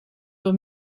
wat